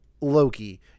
Loki